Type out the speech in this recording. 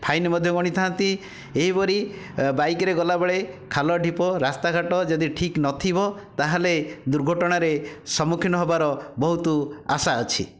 fine ମଧ୍ୟ ଗଣିଥାନ୍ତି ଏହିପରି ବାଇକ୍ରେ ଗଲାବେଳେ ଖାଲ ଢିପ ରାସ୍ତାଘାଟ ଯଦି ଠିକ୍ ନଥିବ ତାହେଲେ ଦୁର୍ଘଟଣାରେ ସମ୍ମୁଖୀନ ହେବାର ବହୁତ ଆଶା ଅଛି